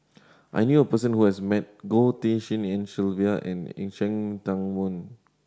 I knew a person who has met Goh Tshin En Sylvia and Cheng Tsang Man